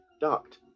duct